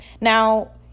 Now